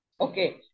Okay